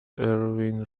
erwin